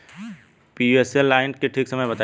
Pusa nine के ठीक समय बताई जाई?